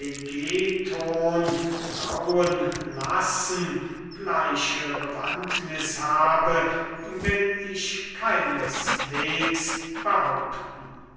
grauen lassen gleiche bewandtniß habe will ich keineswegs behaupten